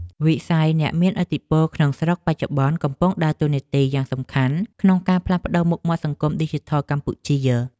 វិស័យអ្នកមានឥទ្ធិពលក្នុងស្រុកបច្ចុប្បន្នកំពុងដើរតួនាទីយ៉ាងសំខាន់ក្នុងការផ្លាស់ប្តូរមុខមាត់សង្គមឌីជីថលកម្ពុជា។